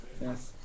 Yes